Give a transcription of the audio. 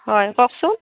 হয় কওকচোন